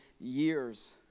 years